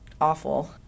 awful